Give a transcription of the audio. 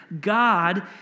God